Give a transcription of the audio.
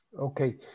Okay